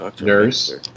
nurse